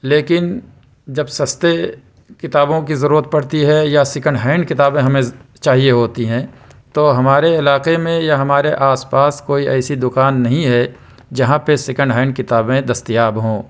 لیکن جب سستے کتابوں کی ضرورت پڑتی ہے یا سکینڈ ہینڈ کتابیں ہمیں چاہیے ہوتی ہیں تو ہمارے علاقے میں یا ہمارے آس پاس کوئی ایسی دکان نہیں ہے جہاں پہ سکینڈ ہینڈ کتابیں دستیاب ہوں